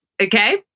okay